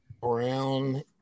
Brown